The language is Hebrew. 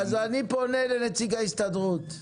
אז אני פונה לנציג ההסתדרות.